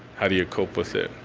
how do you cope with it?